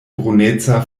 bruneca